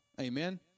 Amen